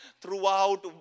throughout